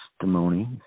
testimony